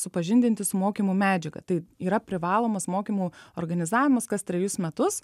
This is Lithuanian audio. supažindinti su mokymų medžiaga tai yra privalomas mokymų organizavimas kas trejus metus